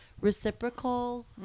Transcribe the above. reciprocal